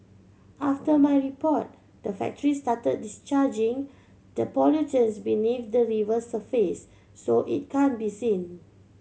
after my report the factory start discharging the pollutants beneath the river surface so it can be seen